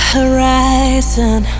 horizon